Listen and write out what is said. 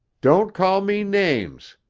don't call me names!